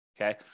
okay